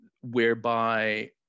whereby